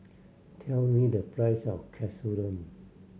tell me the price of Katsudon